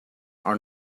are